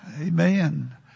Amen